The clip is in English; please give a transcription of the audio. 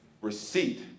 receipt